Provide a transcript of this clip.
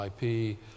IP